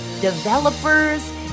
developers